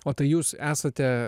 o tai jūs esate